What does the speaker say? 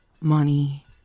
money